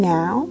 now